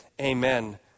amen